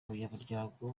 umunyamuryango